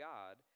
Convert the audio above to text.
God